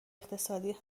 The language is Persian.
اقتصادی